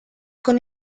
con